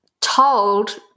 told